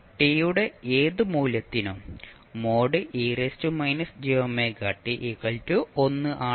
t യുടെ ഏത് മൂല്യത്തിനും ആണ്